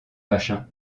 machin